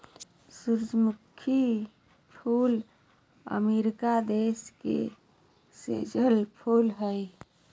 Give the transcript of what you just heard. सूरजमुखी फूल अमरीका देश के देशज फूल हइ